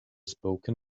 spoken